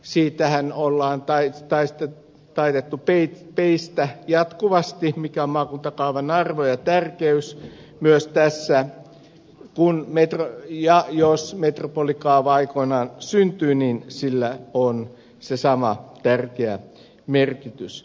siitähän on taitettu peistä jatkuvasti mikä on maakuntakaavan arvo ja tärkeys myös tässä ja jos metropolikaava aikoinaan syntyy niin sillä on se sama tärkeä merkitys